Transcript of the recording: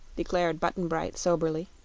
declared button-bright, soberly.